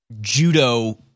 judo